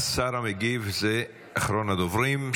השר המגיב זה אחרון הדוברים.